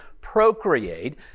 procreate